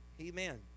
Amen